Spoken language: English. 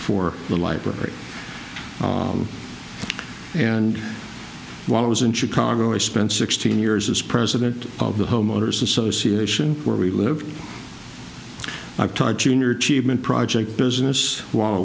for the library and while i was in chicago i spent sixteen years as president of the homeowners association where we lived i taught junior achievement project business while